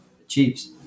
achieves